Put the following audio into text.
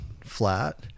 flat